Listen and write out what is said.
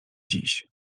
dziś